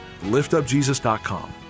liftupjesus.com